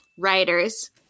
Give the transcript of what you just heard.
Writers